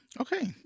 Okay